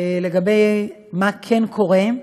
לגבי מה כן קורה.